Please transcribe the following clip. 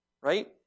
right